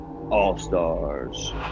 All-Stars